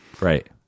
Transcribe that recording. Right